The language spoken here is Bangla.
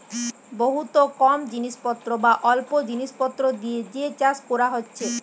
বহুত কম জিনিস পত্র বা অল্প জিনিস পত্র দিয়ে যে চাষ কোরা হচ্ছে